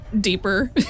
deeper